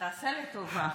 תעשה לי טובה.